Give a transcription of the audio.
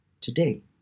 today